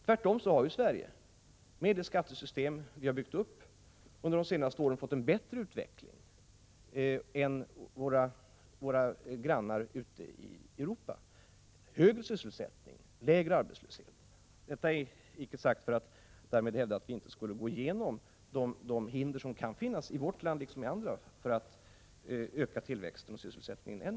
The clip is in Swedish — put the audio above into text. Tvärtom har ju Sverige med det skattesystem som vi har byggt upp under de senaste åren fått en bättre utveckling än våra grannar ute i Europa: högre sysselsättning och lägre arbetslöshet. Detta hindrar inte att vi skall studera de hinder som, liksom i andra länder, kan finnas även i vårt land, för att än mer öka tillväxten och sysselsättningen.